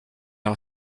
are